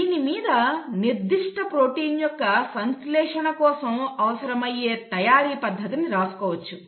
దీని మీద నిర్దిష్ట ప్రోటీన్ యొక్క సంశ్లేషణ కోసం అవసరమయ్యే తయారీ పద్ధతిని రాసుకోవచ్చు